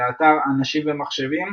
באתר "אנשים ומחשבים",